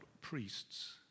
priests